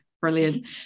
Brilliant